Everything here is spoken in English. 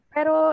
Pero